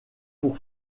pour